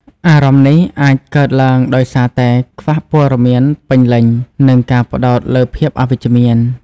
អារម្មណ៍នេះអាចកើតឡើងដោយសារតែ ខ្វះព័ត៌មានពេញលេញ និងការផ្តោតលើភាពអវិជ្ជមាន។